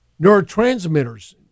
neurotransmitters